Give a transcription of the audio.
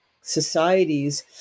societies